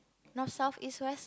North South East West